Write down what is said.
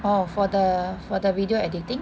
oh for the for the video editing